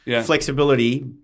flexibility